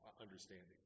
understanding